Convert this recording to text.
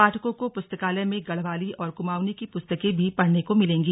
पाठकों को पुस्तकालय में गढ़वाली और क्माऊंनी की पुस्तकें भी पढ़ने को मिलेगी